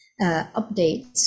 updates